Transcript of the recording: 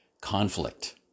conflict